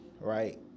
Right